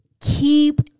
Keep